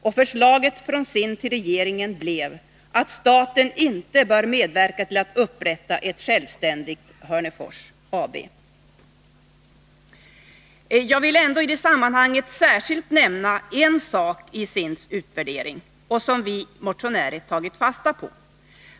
Och förslaget från SIND till regeringen gick ut på att staten inte bör medverka till att upprätta ett självständigt Hörnefors AB. Jag vill ändå i det sammanhanget särskilt nämna en sak beträffande SIND:s utvärdering som vi motionärer tagit fasta på.